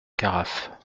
carafe